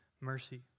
mercy